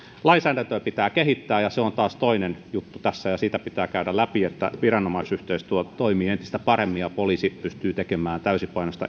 lainsäädäntöä pitää kehittää ja se on taas toinen juttu tässä ja sitä pitää käydä läpi että viranomaisyhteistyö toimii entistä paremmin ja poliisi pystyy tekemään täysipainoista